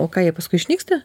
o ką jie paskui išnyksta